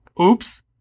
oops